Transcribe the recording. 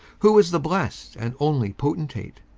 who is the blessed and only potentate,